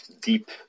deep